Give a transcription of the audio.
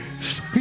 speak